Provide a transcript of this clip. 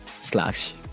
slash